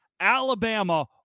Alabama